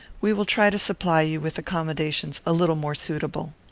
we will try to supply you with accommodations a little more suitable.